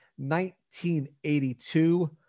1982